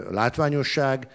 látványosság